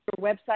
website